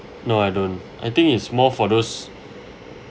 no I don't I think it's more for those